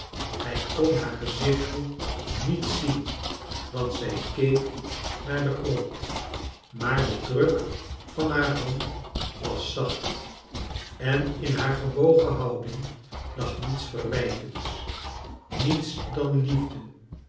hij kon haar gezichtje niet zien want zij keek naar den grand maar de druk van haar hand was zacht en in haar gebogen houding lag niets verwij tends niets dan liefde